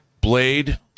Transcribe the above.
Blade